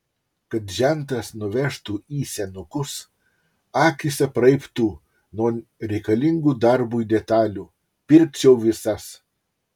kad žentas nuvežtų į senukus akys apraibtų nuo reikalingų darbui detalių pirkčiau visas